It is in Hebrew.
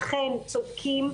אכן צודקים.